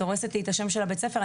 כי את הורסת לי את שם בית הספר.